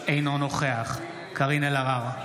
אינו נוכח קארין אלהרר,